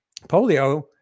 polio